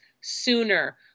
sooner